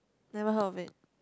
never heard of it